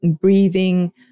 breathing